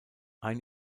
ein